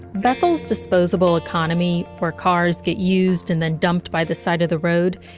bethel's disposable economy or cars get used and then dumped by the side of the road,